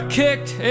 kicked